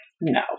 no